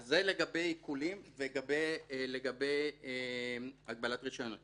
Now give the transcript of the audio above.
זה לגבי עיקולים ולגבי הגבלת רישיון נהיגה.